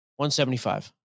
175